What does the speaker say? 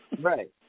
right